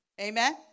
amen